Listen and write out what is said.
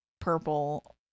purple